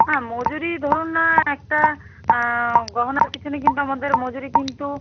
হ্যাঁ মজুরি ধরুন না একটা গহনার পিছনে কিন্তু আমাদের মজুরি কিন্তু